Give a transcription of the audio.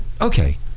okay